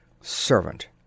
Servant